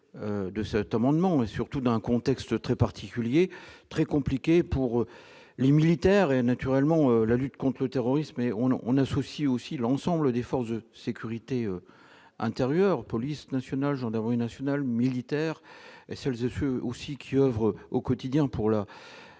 de ce Tom Hand mon et surtout dans un contexte très particulier, très compliqué pour les militaires et, naturellement, la lutte contre le terrorisme et on associe aussi l'ensemble des forces de sécurité intérieure, police nationale Gendarmerie nationale militaire et seuls ceux aussi qui oeuvrent au quotidien pour la